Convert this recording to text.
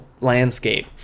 landscape